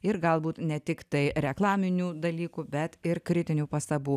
ir galbūt ne tiktai reklaminių dalykų bet ir kritinių pastabų